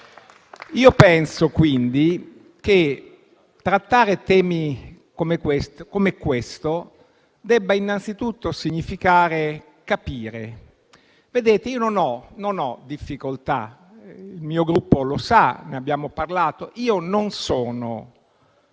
Penso quindi che trattare temi come questo debba innanzitutto significare capire. Io non ho difficoltà - il mio Gruppo lo sa, ne abbiamo parlato - a dire